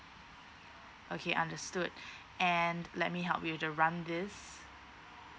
okay understood and let me help you to run this